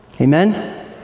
amen